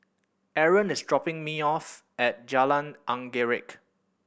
Aron is dropping me off at Jalan Anggerek